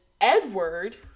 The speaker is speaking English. Edward